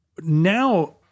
now